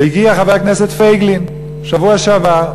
והגיע חבר הכנסת פייגלין בשבוע שעבר,